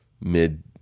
mid